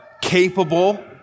capable